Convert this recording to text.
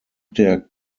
der